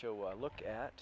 show i look at